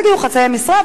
אז יגידו חצאי משרה,